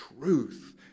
truth